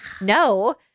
no